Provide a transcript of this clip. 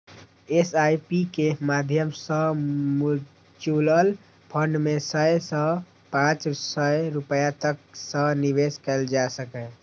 SIP के माध्यम सं म्यूचुअल फंड मे सय सं पांच सय रुपैया तक सं निवेश कैल जा सकैए